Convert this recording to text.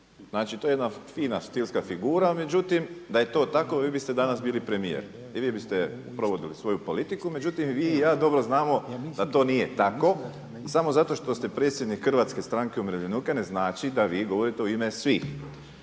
Znači to je jedna fina stilska figura međutim da je to tako vi biste danas bili premijer i vi biste provodili svoju politiku. Međutim vi i ja dobro znamo da to nije tako i samo zato što ste predsjednik HSU-a ne znači da vi govorite u ime svih.